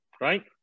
right